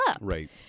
Right